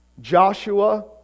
Joshua